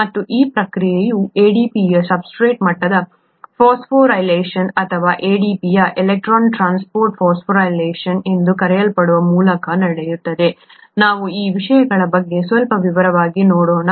ಮತ್ತು ಈ ಪ್ರಕ್ರಿಯೆಯು ADP ಯ ಸಬ್ಸ್ಟ್ರೇಟ್ ಮಟ್ಟದ ಫಾಸ್ಫೊರಿಲೇಷನ್ ಅಥವಾ ADP ಯ ಎಲೆಕ್ಟ್ರಾನ್ ಟ್ರಾನ್ಸ್ಪೋರ್ಟ್ ಫಾಸ್ಫೊರಿಲೇಷನ್ ಎಂದು ಕರೆಯಲ್ಪಡುವ ಮೂಲಕ ನಡೆಯುತ್ತದೆ ನಾವು ಈ ವಿಷಯಗಳ ಬಗ್ಗೆ ಸ್ವಲ್ಪ ವಿವರವಾಗಿ ನೋಡೋಣ